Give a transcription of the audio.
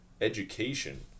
education